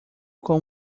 com